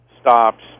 stops